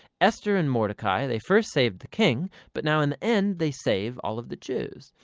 esther and mordecai, they first save the king but now in the end they save all of the jews.